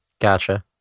Gotcha